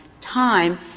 time